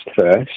first